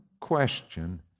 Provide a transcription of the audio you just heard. question